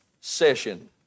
session